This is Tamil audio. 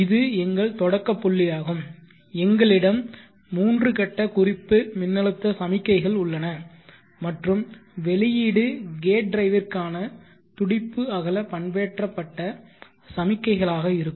இது எங்கள் தொடக்க புள்ளியாகும் எங்களிடம் மூன்று கட்ட குறிப்பு மின்னழுத்த சமிக்ஞைகள் உள்ளன மற்றும் வெளியீடு கேட் டிரைவிற்கான துடிப்பு அகல பண்பேற்றப்பட்ட சமிக்ஞைகளாக இருக்கும்